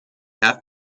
have